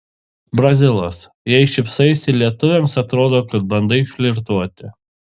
brazilas jei šypsaisi lietuvėms atrodo kad bandai flirtuoti